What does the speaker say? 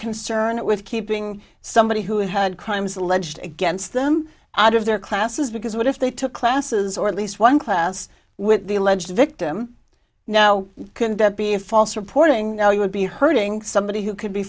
concern with keeping somebody who had crimes alleged against them out of their classes because what if they took classes or at least one class with the alleged victim now can that be a false reporting no you would be hurting somebody who c